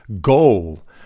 goal